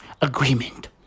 Agreement